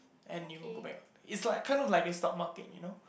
and you will go back is like kind of like a stock market you know